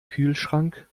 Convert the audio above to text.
kühlschrank